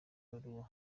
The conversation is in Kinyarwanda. baruwa